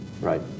Right